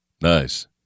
Nice